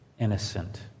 innocent